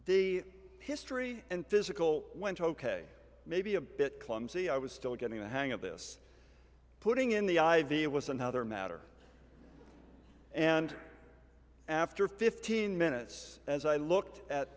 the history and physical went ok maybe a bit clumsy i was still getting the hang of this putting in the i v was another matter and after fifteen minutes as i looked at